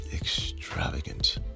extravagant